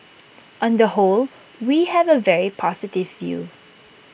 on the whole we have A very positive view